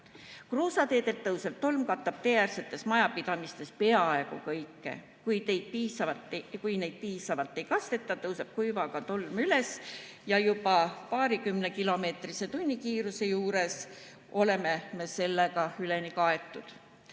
Kruusateedelt tõusev tolm katab teeäärsetes majapidamistes peaaegu kõike. Kui neid teid piisavalt ei kasteta, tõuseb tolm kuivaga üles ja juba paarikümne kilomeetrise tunnikiiruse juures oleme me sellega üleni